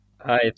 Hi